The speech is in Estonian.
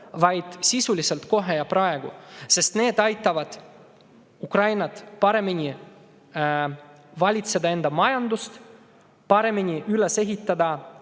vaid sisuliselt kohe ja praegu. Sest see kõik aitab Ukrainat paremini valitseda enda majandust, paremini üles ehitada